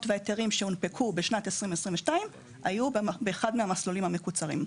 וההיתרים שהונפקו בשנת 2022 היו באחד מהמסלולים המקוצרים,